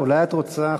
אולי את רוצה,